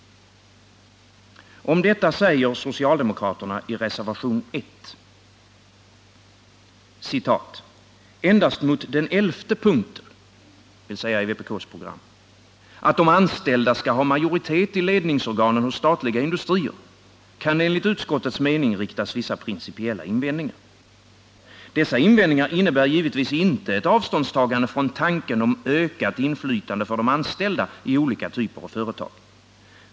Om detta säger socialdemokraterna i reservationen 1: ”Endast mot den elfte punkten” —-dvs. i vpk:s program — ”-att de anställda skall ha majoritet i ledningsorganet hos statliga industrier — kan enligt utskottets mening riktas vissa principiella invändningar. Dessa invändningar innebär givetvis inte ett avståndstagande från tanken på ökat inflytande för de anställda i olika typer av företag.